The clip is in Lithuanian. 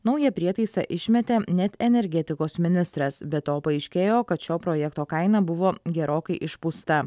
naują prietaisą išmetė net energetikos ministras be to paaiškėjo kad šio projekto kaina buvo gerokai išpūsta